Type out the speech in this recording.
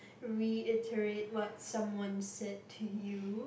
reiterate what someone said to you